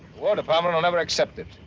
war department will never accept it.